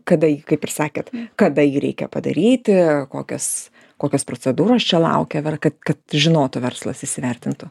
kada jį kaip ir sakėt kada jį reikia padaryti kokios kokios procedūros čia laukia kad kad žinotų verslas įsivertintų